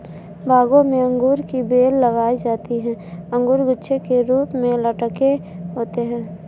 बागों में अंगूर की बेल लगाई जाती है अंगूर गुच्छे के रूप में लटके होते हैं